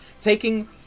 taking